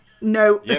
No